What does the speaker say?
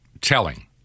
telling